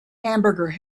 hamburger